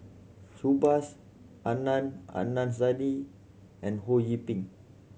Subhas Adnan Saidi and Ho Yee Ping